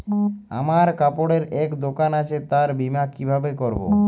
আমার কাপড়ের এক দোকান আছে তার বীমা কিভাবে করবো?